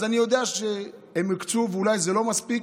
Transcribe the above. אני יודע שהם הקצו, ואולי זה לא מספיק,